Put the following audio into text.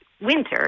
winter